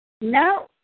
No